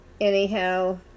anyhow